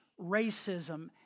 racism